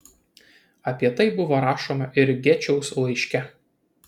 apie tai buvo rašoma ir gečiaus laiške